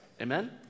Amen